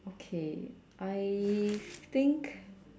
okay I think